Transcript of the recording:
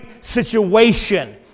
situation